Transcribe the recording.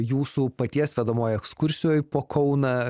jūsų paties vedamoj ekskursijoj po kauną